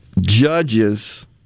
judges